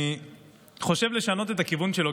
ואני חושב לשנות את הכיוון שלו,